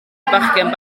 fachgen